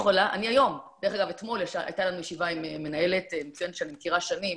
אתמול הייתה לנו ישיבה עם מנהלת של מלון כזה שאני מכירה שנים,